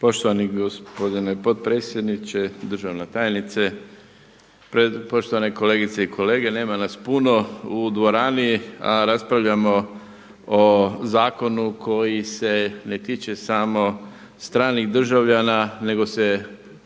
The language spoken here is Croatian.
Poštovani gospodine potpredsjedniče, državna tajnice, poštovane kolegice i kolege, nema nas puno u dvorani a raspravljamo o zakoni koji se ne tiče samo stranih državljana nego se